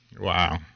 Wow